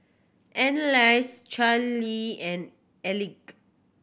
Anneliese Charlee and